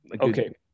okay